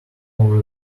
over